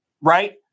right